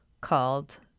called